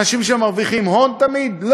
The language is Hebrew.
אנשים שמרוויחים הון, תמיד?